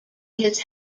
his